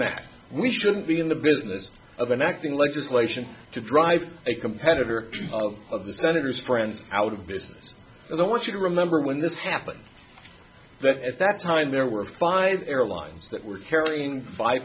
that we shouldn't be in the business of an acting legislation to drive a competitor of of the senator's friends out of business i don't want you to remember when this happened but at that time there were five airlines that were carrying